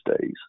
days